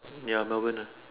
ya Melbourne ah